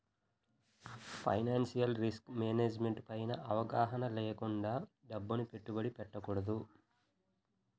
financial risk management పైన అవగాహన లేకుండా డబ్బుని పెట్టుబడి పెట్టకూడదు